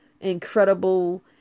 incredible